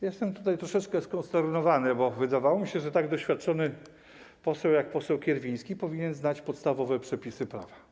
Jestem troszeczkę skonsternowany, bo wydawało mi się, że tak doświadczony poseł jak poseł Kierwiński powinien znać podstawowe przepisy prawa.